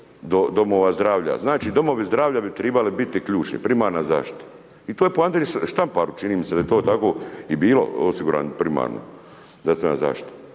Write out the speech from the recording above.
domova zdravlja. Znači domovi zdravlja bi trebali biti ključni, primarna zaštita. I to je po Andriji Štamparu, čini mi se da je to tako i bilo osigurano primarna zdravstvena zaštita.